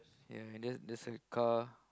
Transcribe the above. ya and there there's a car